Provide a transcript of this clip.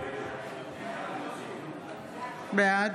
בעד